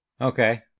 Okay